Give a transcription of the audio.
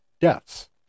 deaths